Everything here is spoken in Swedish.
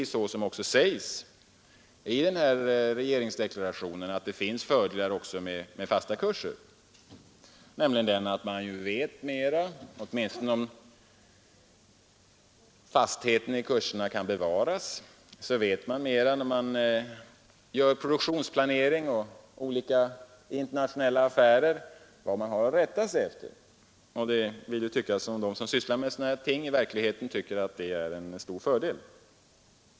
Som sägs i regeringsdeklarationen finns det fördelar också med fasta kurser, dvs. om fastheten i kurserna verkligen kan bevaras vet man vid produktionsplanering och internationella affärer bättre vad man har att rätta sig efter. Det vill tyckas som om de som sysslar med sådana här ting i verkligheten tycker att det är en stor fördel.